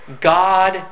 God